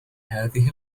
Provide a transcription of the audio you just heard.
هذه